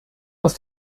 aus